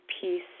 peace